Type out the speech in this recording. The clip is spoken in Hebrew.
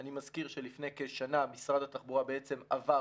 אני מזכיר שלפני כשנה משרד התחבורה בעצם עבר,